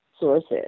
sources